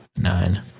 Nine